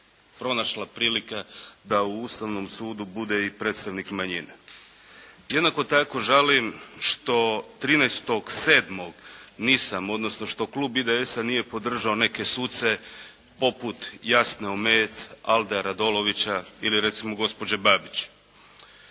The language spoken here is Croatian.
pronašla prilika da u Ustavnom sudu bude i predstavnik manjine. Jednako tako žalim što 13.7. nisam odnosno što klub IDS-a nije podržao neke suce poput Jasne Omejec, Alda Radolovića ili recimo gospođe Babić.